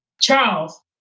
Charles